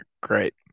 great